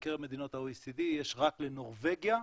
מקרב מדינות ה-OECD יש רק לנורבגיה,